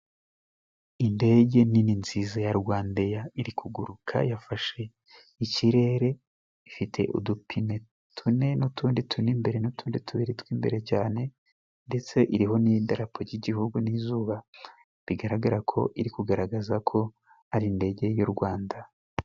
Indege nini nziza ya Rwandeya iri kuguruka yafashe ikirere, ifite udupine tune n'utundi tune imbere n'utundi tubiri tw'imbere cyane ndetse iriho n'idarapo ry'igihugu n'izuba, bigaragara ko iri kugaragaza ko ari indege y'u Rwanda.